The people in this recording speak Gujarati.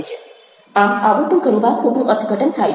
આમ આવું પણ ઘણી વાર ખોટું અર્થઘટન થાય છે